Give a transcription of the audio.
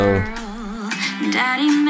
Daddy